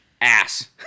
Ass